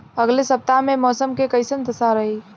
अलगे सपतआह में मौसम के कइसन दशा रही?